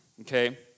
okay